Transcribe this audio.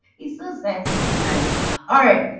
he says says he sometimes all right.